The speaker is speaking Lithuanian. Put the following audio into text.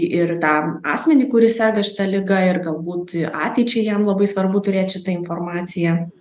ir tą asmenį kuris serga šita liga ir galbūt ateičiai jam labai svarbu turėt šitą informaciją